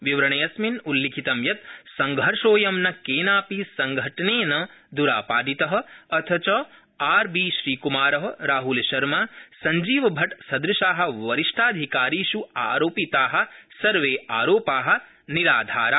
विवरणेऽस्मिन उल्लिखितं यत संघर्षोऽयं न केनापि संघटनेन दरापादित अथ च आर बी श्रीकुमार राहुलशर्मा संजीवभट्ट सदृशा वरिष्ठाधिकारिष् आरोपिता सर्वे आरोपा निराधारा